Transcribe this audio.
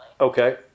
Okay